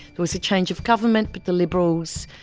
there was a change of government but the liberals,